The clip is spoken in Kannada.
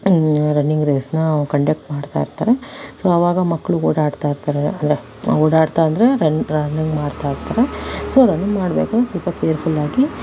ರನ್ನಿಂಗ್ ರೇಸ್ನ ಕಂಡಕ್ಟ್ ಮಾಡ್ತಾ ಇರ್ತಾರೆ ಸೊ ಅವಾಗ ಮಕ್ಕಳು ಓಡಾಡ್ತಾ ಇರ್ತಾರೆ ಓಡಾಡ್ತಾ ಅಂದರೆ ರನ್ನಿ ರನ್ನಿಂಗ್ ಮಾಡ್ತಾ ಇರ್ತಾರೆ ಸೊ ರನ್ನಿಂಗ್ ಮಾಡಬೇಕಾದರೆ ಸ್ವಲ್ಪ ಕೇರ್ಫುಲ್ಲಾಗಿ